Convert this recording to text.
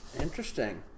Interesting